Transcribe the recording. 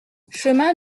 chemin